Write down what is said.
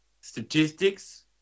statistics